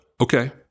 okay